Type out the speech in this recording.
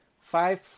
five